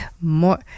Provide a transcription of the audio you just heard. more